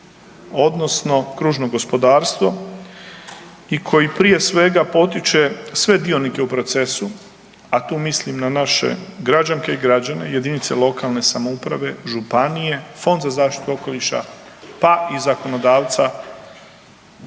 odnosno kružno gospodarstva i koji prije svega potiče sve dionike u procesu, a tu mislim na naše građanke i građane, JLS-ove, županije, Fond za zaštitu okoliša, pa i zakonodavca